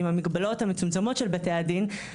עם המגבלות המצומצמות של בתי הדין,